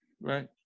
Right